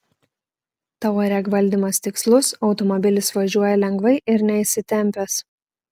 touareg valdymas tikslus automobilis važiuoja lengvai ir neįsitempęs